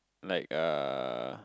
like uh